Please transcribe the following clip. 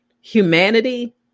humanity